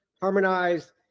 harmonized